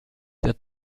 der